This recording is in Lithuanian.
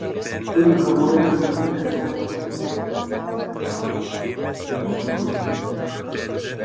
turint galvoje nestabilią europos ir pasaulio finansinę padėtį tai labai optimistiška